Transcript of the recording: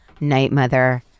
Nightmother